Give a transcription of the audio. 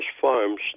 farms